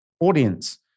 audience